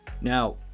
Now